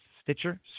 Stitcher